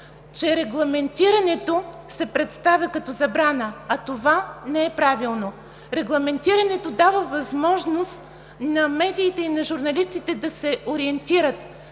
че регламентирането се представя като забрана, а това не е правилно. Регламентирането дава възможност на медиите и на журналистите да се ориентират,